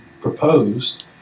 proposed